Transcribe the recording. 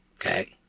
Okay